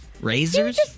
Razors